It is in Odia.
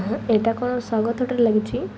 ହଁ ଏଇଟା କ'ଣ ସ୍ଵାଗତ ହୋଟେଲ୍ ଲାଗିଛି